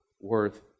worth